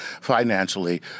financially